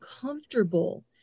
comfortable